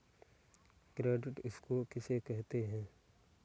Credit score किसे कहते हैं?